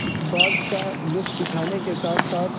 بعض کا لطف اٹھانے کے ساتھ ساتھ